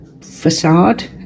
facade